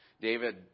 David